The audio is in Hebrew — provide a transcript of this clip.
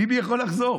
ביבי יכול לחזור.